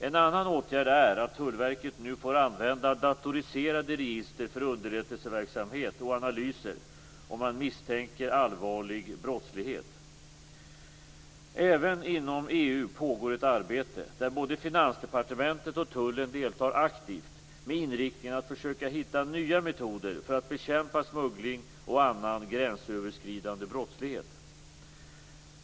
En annan åtgärd är att Tullverket nu får använda datoriserade register för underrättelseverksamhet och analyser om man misstänker allvarlig brottslighet. Även inom EU pågår ett arbete, där både Finansdepartementet och tullen deltar aktivt, med inriktningen att försöka hitta nya metoder för att bekämpa smuggling och annan gränsöverskridande brottslighet.